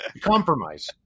compromise